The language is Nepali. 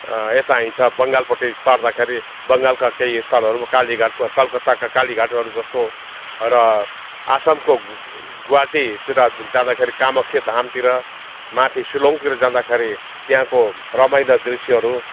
यता आइन्छ बङ्गालपट्टि तर्दाखेरि बङ्गालका केही स्थलहरूमा कालीघाट कलकत्ताका कालिघाटहरू जस्तो र असमको गुवाहाटीतिर जाँदाखेरि कामाख्या धामतिर माथि सिलङतिर जाँदाखेरि त्यहाँको रमाइला दृश्यहरू